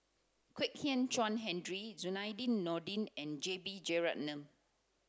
Kwek Hian Chuan Henry Zainudin Nordin and J B Jeyaretnam